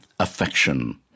affection